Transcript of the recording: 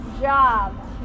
job